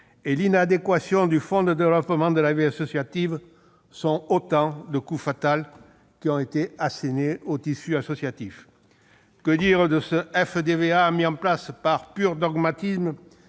et l'inadéquation du fonds pour le développement de la vie associative sont autant de coups fatals assénés au tissu associatif. Que dire de ce FDVA, mis en place par pur dogmatisme,